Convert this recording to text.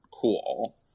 cool